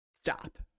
Stop